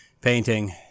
painting